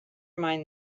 mind